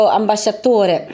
ambasciatore